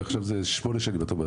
ועכשיו זה 8 שנים את אומרת.